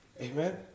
Amen